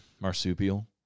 Marsupial